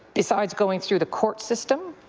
besides going through the court system?